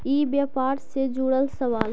ई व्यापार से जुड़ल सवाल?